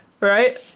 Right